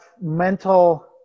mental